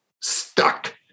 stuck